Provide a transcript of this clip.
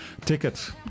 Tickets